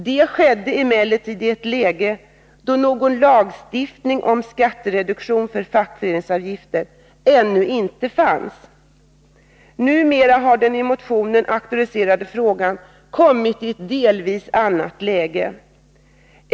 Det skedde emellertid i ett läge då någon lagstiftning om skattereduktion för fackföreningsavgift ännu inte fanns. Numera har den i motionen aktualiserade frågan kommit i ett delvis annat läge.